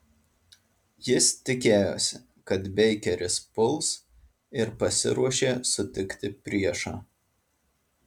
jis tikėjosi kad beikeris puls ir pasiruošė sutikti priešą